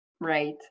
Right